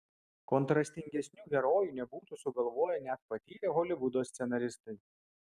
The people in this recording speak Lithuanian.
kontrastingesnių herojų nebūtų sugalvoję net patyrę holivudo scenaristai